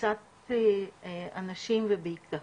תפיסת אנשים ובעיקר